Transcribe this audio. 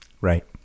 Right